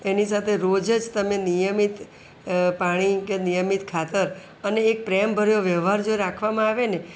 એની સાથે રોજ જ તમે નિયમિત પાણી કે નિયમિત ખાતર અને એક પ્રેમભર્યો વહેવાર જો રાખવામાં આવેને